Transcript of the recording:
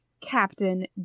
Captain